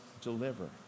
deliver